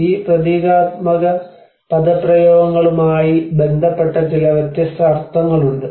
ഈ പ്രതീകാത്മക പദപ്രയോഗങ്ങളുമായി ബന്ധപ്പെട്ട ചില വ്യത്യസ്ത അർത്ഥങ്ങളുണ്ട്